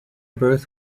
birth